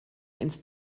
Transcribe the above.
ins